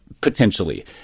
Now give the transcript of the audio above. potentially